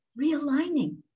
realigning